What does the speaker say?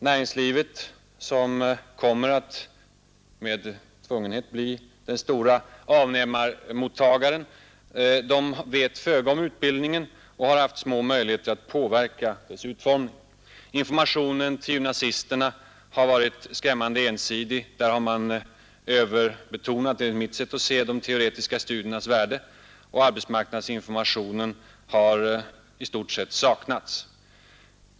Näringslivet, som nödtvunget kommer att bli den stora avnämaren, vet föga om utbildningen och har haft små möjligheter att påverka dess utformning. Informationen till gymnasisterna har varit skrämmande ensidig. Där har man enligt mitt sätt att se överbetonat de teoretiska studiernas värde. Arbetsmarknadsinformation har i stort sett saknats.